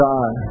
God